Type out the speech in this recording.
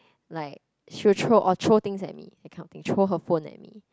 like she will throw all throw things at me that kind of thing throw her phone at me